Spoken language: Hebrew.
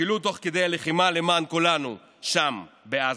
פעלו תוך כדי הלחימה למען כולנו שם בעזה.